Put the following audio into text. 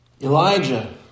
Elijah